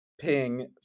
ping